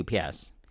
UPS